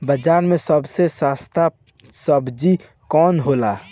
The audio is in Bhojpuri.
बाजार मे सबसे सस्ता सबजी कौन होला?